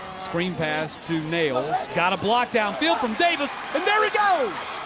screen pass to nails. got a block downfield from davis and there he goes!